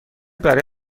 برای